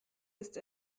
ist